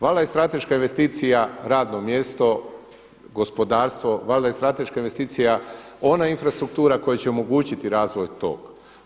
Valjda je strateška investicija radno mjesto, gospodarstvo, valjda je strateška investicija ona infrastruktura koja će omogućiti razvoju tog.